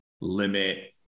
limit